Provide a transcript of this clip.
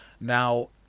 now